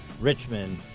Richmond